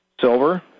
silver